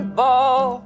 ball